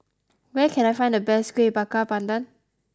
where can I find the best Kueh Bakar Pandan